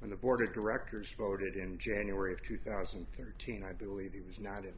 for the board of directors voted in january of two thousand and thirteen i believe he was not it